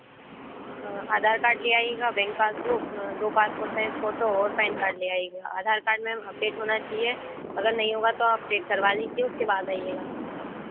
आधार card ले आइएगा bank passbook दो पासपोर्ट साइज़ फ़ोटो और पैन कार्ड ले आइएगा आधार कार्ड मैम अपडेट होना चाहिए अगर नहीं होगा तो अपडेट करवा लीजिए उसके बाद आइएगा